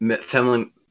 family